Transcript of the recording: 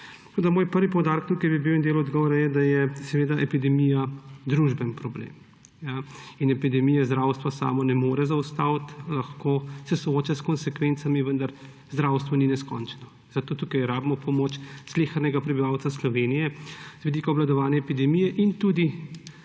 Moj prvi poudarek tukaj bi bil in del odgovora je, da je epidemija družbeni problem in epidemije zdravstvo samo ne more zaustaviti, lahko se sooča s konsekvencami, vendar zdravstvo ni neskončno. Zato tukaj rabimo pomoč slehernega prebivalca Slovenije z vidika obvladovanja epidemije in tudi